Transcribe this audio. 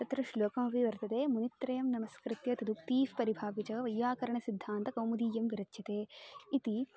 तत्र श्लोकमपि वर्तते मुनित्रयं नमस्कृत्य तदुक्तीः परिभाव्य च वैयाकरणसिद्धान्तकौमुदीयं विरच्यते इति